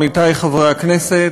עמיתי חברי הכנסת,